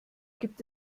gibt